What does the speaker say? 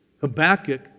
Habakkuk